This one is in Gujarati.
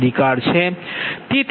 u અધિકાર છે